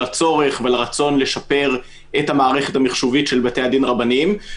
לצורך ולרצון לשפר את המערכת המחשובית של בתי הדין הרבניים.